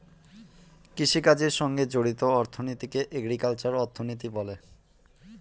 কৃষিকাজের সঙ্গে জড়িত অর্থনীতিকে এগ্রিকালচারাল অর্থনীতি বলে